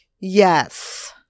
yes